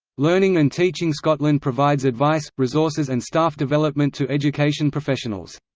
learning and teaching scotland provides advice, resources and staff development to education professionals.